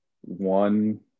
one